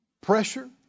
pressure